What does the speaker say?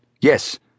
Yes